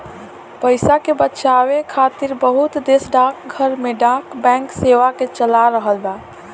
पइसा के बचावे खातिर बहुत देश डाकघर में डाक बैंक सेवा के चला रहल बा